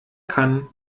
kann